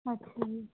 ਅੱਛਾ ਜੀ